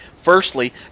Firstly